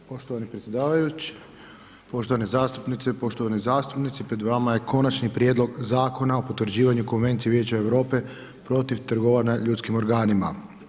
Poštovani predsjedavajući, poštovane zastupnice i poštovani zastupnici, pred vama je Konačni prijedlog Zakona o potvrđivanju Konvencije Vijeća Europe protiv trgovanja ljudskim organima.